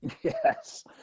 Yes